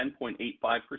10.85%